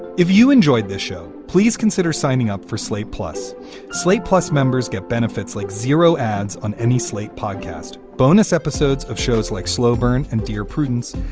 if you enjoyed this show. please consider signing up for slate plus slate. plus, members get benefits like zero ads on any slate podcast. bonus episodes of shows like slow burn and dear prudence.